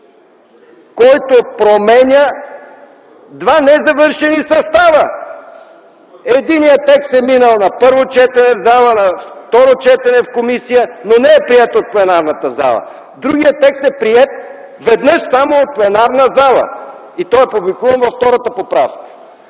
който променя два незавършени състава? Единият текст е минал на първо четене в зала, на второ четене в комисия, но не е приет от пленарната зала. Другият текст е приет веднъж само от пленарна зала и той е публикуван във втората поправка,